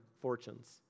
fortunes